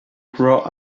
grow